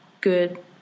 good